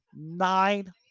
nine